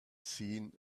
seen